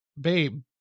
babe